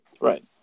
Right